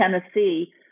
Tennessee